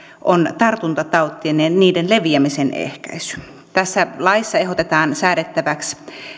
on tartuntatautien ja niiden leviämisen ehkäisy tässä laissa ehdotetaan säädettäväksi